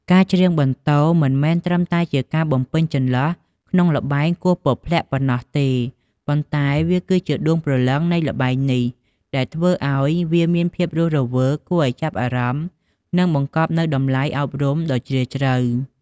ការច្រៀងបន្ទរមិនមែនត្រឹមតែជាការបំពេញចន្លោះក្នុងល្បែងគោះពព្លាក់ប៉ុណ្ណោះទេ ប៉ុន្តែវាគឺជាដួងព្រលឹងនៃល្បែងនេះ ដែលធ្វើឱ្យវាមានភាពរស់រវើក គួរឱ្យចាប់អារម្មណ៍ និងបង្កប់នូវតម្លៃអប់រំដ៏ជ្រាលជ្រៅ។